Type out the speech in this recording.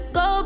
go